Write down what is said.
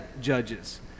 judges